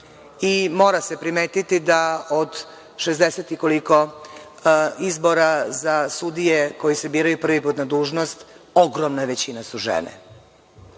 i mora se primetiti da od 60 i koliko izbora za sudije koji se biraju prvi put na dužnost ogromna većina su žene.